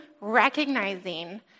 recognizing